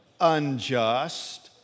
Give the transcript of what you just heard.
unjust